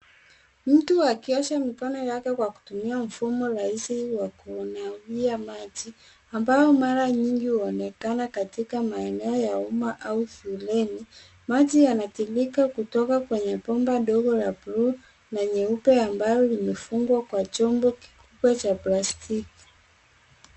Mtu akiosha mikono yake kwa kutumia mfumo rahisi wa kunawia maji, ambayo mara nyingi huonekana katika maeneo ya umma au shuleni. Maji yanatiririka kutoka kwenye bomba ndogo la blue na nyeupe ambayo imefungwa kwa chombo kikubwa cha plastiki.